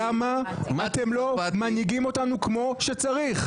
למה אתם לא מנהיגים אותנו כמו שצריך?